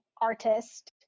artist